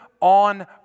on